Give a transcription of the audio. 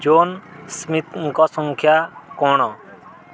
zone ସ୍ମିଥ୍ଙ୍କ ସଂଖ୍ୟା କ'ଣ